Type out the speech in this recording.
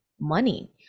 money